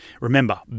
Remember